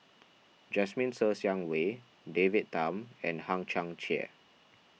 Jasmine Ser Xiang Wei David Tham and Hang Chang Chieh